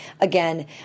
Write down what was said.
again